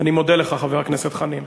אני מודה לך, חבר הכנסת חנין.